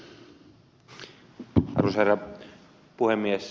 arvoisa herra puhemies